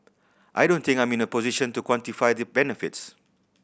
I don't think I'm in a position to quantify the benefits